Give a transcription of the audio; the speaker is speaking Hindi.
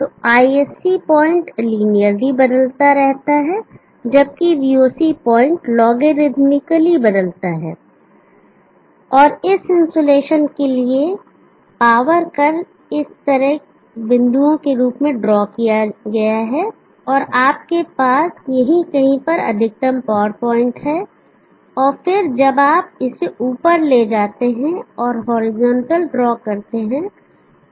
तो ISC पॉइंट लीनियरली बदलता रहता है जबकि voc पॉइंट लोगरिथमिकली बदलता रहता है और इस इन्सुलेशन के लिए पावर कर्व इस तरह बिंदुओं के रूप में ड्रा किया है और आपके पास यही कहीं पर अधिकतम पावर पॉइंट है और फिर जब आप इसे ऊपर ले जाते हैं और हॉरिजॉन्टल ड्रा करते हैं